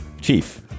Chief